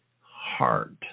heart